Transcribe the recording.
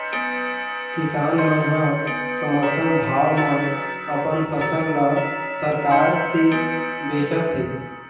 किसान मन ह समरथन भाव म अपन फसल ल सरकार तीर बेचत हे